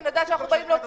נגד.